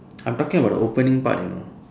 I'm talking about the opening part you know